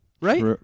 Right